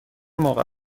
موقع